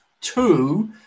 two